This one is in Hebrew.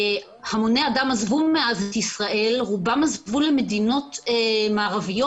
מאז עזבו את ישראל המוני אדם ורובם עזבו למדינות מערביות